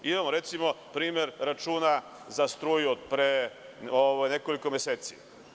Imamo, recimo, primer računa za struju od pre nekoliko meseci.